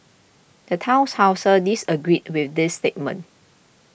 the town disagreed with the statement